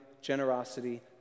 generosity